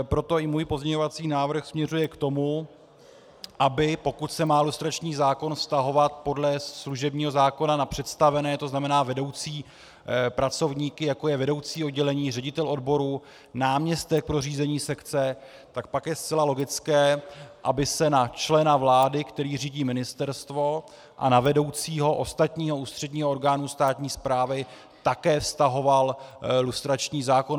Proto i můj pozměňovací návrh směřuje k tomu, aby pokud se má lustrační zákon vztahovat podle služebního zákona na představené, to znamená vedoucí pracovníky, jako je vedoucí oddělení, ředitel odboru, náměstek pro řízení sekce, tak pak je zcela logické, aby se na člena vlády, který řídí ministerstvo, a na vedoucího ostatního ústředního orgánu státní správy také vztahoval lustrační zákon.